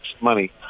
money